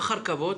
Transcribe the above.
אחר כבוד